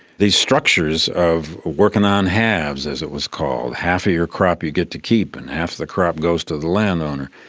the structures on working on halves, as it was called, half of your crop you get to keep and half the crop goes to the landowner,